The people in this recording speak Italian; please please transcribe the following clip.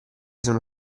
sono